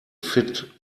fit